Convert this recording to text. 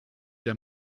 der